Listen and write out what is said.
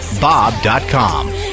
Bob.com